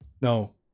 no